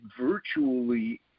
virtually